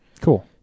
cool